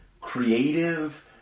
creative